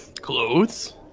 Clothes